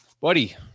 Buddy